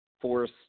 Force